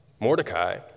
Mordecai